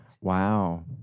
Wow